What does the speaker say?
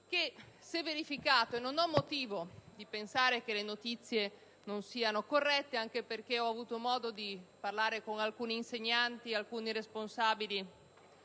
pagine nazionali. Non ho motivo di pensare che le notizie riportate non siano corrette, anche perché ho avuto modo di parlare con alcuni insegnanti ed alcuni responsabili